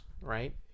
right